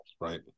right